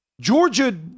Georgia